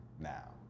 now